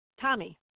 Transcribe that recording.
Tommy